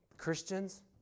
Christians